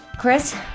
Chris